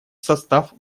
состав